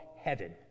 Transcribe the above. heaven